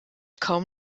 kaum